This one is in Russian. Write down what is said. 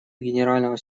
генерального